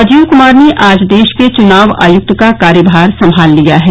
राजीव कुमार ने आज देश के चुनाव आयुक्त का कार्यभार संभाल लिया है